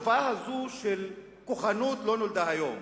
התופעה הזו של כוחנות לא נולדה היום.